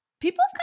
people